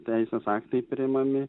teisės aktai priimami